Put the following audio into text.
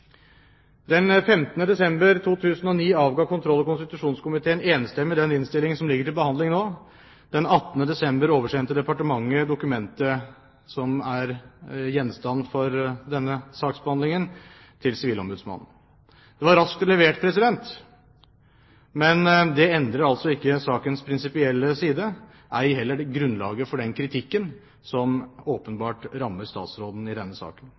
desember 2009 avga kontroll- og konstitusjonskomiteen den enstemmige innstillingen som ligger til behandling nå. Den 18. desember oversendte departementet dokumentet som er gjenstand for denne saksbehandlingen, til Sivilombudsmannen. Det var raskt levert. Men det endrer altså ikke sakens prinsipielle side, ei heller grunnlaget for den kritikken som åpenbart rammer statsråden i denne saken.